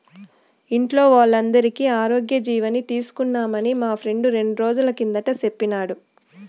ఇంట్లో వోల్లందరికీ ఆరోగ్యజీవని తీస్తున్నామని మా ఫ్రెండు రెండ్రోజుల కిందట సెప్పినాడు